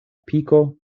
piko